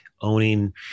owning